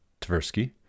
Tversky